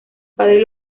padre